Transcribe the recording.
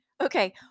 Okay